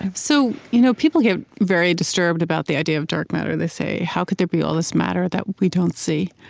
so you know people get very disturbed about the idea of dark matter. they say, how could there be all this matter that we don't see?